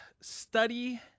study